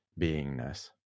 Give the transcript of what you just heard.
beingness